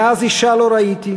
// מאז אישה לא ראיתי,